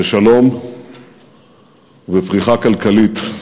בשלום ובפריחה כלכלית,